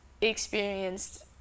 experienced